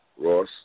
Ross